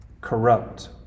corrupt